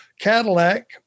Cadillac